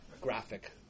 graphic